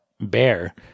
bear